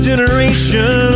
generation